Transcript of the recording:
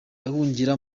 ahungira